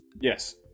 Yes